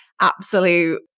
absolute